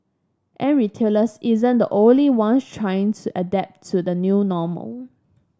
and retailers isn't the only one trying to adapt to the new normal